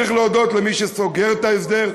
צריך להודות למי שסוגר את ההסדר,